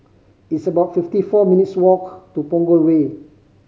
it's about fifty four minutes' walk to Punggol Way